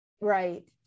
Right